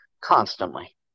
constantly